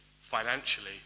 financially